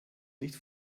nicht